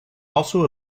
also